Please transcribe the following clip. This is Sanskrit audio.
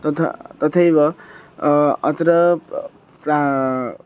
तथा तथैव अत्र प्रायः